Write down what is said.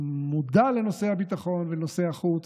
מודע לנושאי הביטחון ונושאי החוץ,